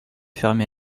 fermé